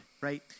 right